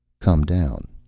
come down.